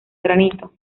granito